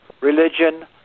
religion